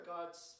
God's